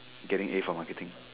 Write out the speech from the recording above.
getting A for marketing